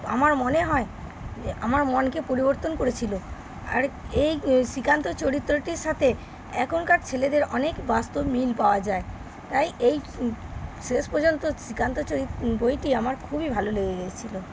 আমার মনে হয় আমার মনকে পরিবর্তন করেছিল আর এই শ্রীকান্ত চরিত্রটির সাথে এখনকার ছেলেদের অনেক বাস্তব মিল পাওয়া যায় তাই এই শেষ পর্যন্ত শ্রীকান্ত চরিত বইটি আমার খুবই ভালো লেগে গিয়েছিল